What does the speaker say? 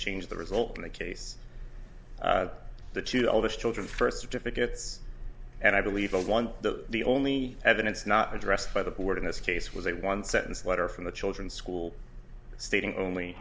change the result in a case the two oldest children first certificates and i believe the one that the only evidence not addressed by the board in this case was a one sentence letter from the children's school stating only